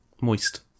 Moist